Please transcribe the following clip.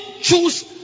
choose